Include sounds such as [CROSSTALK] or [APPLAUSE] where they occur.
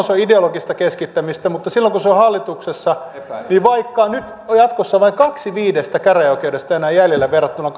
[UNINTELLIGIBLE] se on ideologista keskittämistä mutta silloin kun se on hallituksessa niin vaikka nyt jatkossa vain kaksi viidestä käräjäoikeudesta on enää jäljellä verrattuna [UNINTELLIGIBLE]